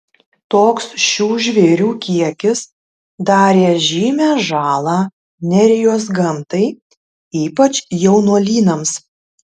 toks šių žvėrių kiekis darė žymią žalą nerijos gamtai ypač jaunuolynams